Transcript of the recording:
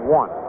one